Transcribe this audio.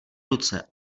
ruce